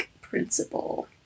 principle